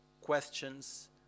questions